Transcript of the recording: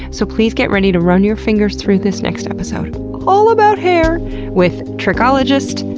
so please get ready to run your fingers through this next episode all about hair with trichologist,